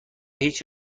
هیچ